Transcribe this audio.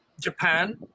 Japan